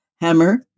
Hammer